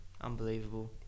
Unbelievable